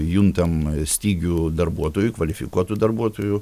juntam stygių darbuotojų kvalifikuotų darbuotojų